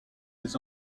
des